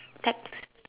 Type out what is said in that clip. text